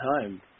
time